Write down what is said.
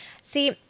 See